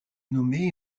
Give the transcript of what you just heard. nommée